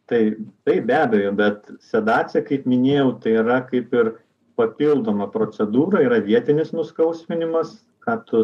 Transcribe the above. tai taip be abejo bet sedacija kaip minėjau tai yra kaip ir papildoma procedūra yra vietinis nuskausminimas ką tu